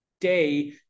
day